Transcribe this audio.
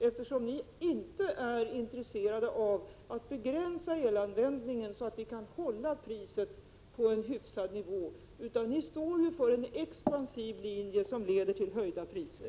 Ni är ju inte intresserade av att begränsa elanvändningen, så att vi kan hålla priset på en hyfsad nivå, utan ni står för en expansiv linje som leder till höjda priser.